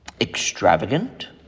Extravagant